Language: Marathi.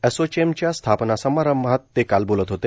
असोचेमच्या स्थापना समारंभात ते काल बोलत होते